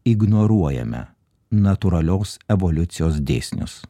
ignoruojame natūralios evoliucijos dėsnius